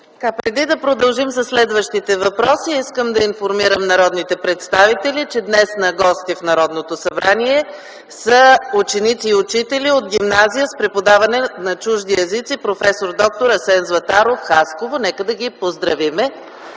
Преди да продължим със следващите въпроси, искам да информирам народните представители, че днес на гости в Народното събрание са ученици и учители от гимназия с преподаване на чужди езици „Проф. д-р Асен Златаров” – Хасково. Нека да ги поздравим